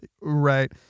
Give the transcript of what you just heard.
Right